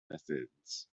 methods